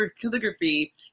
calligraphy